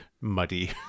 muddy